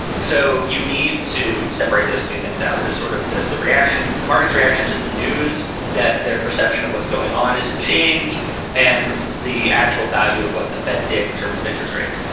so you need to separate those two things out there, sort of the the reaction, the market's reaction to the news that their perception of what's going on has changed and the actual value of what the fed did in terms of interest rates.